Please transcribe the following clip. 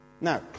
Now